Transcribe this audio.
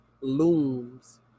looms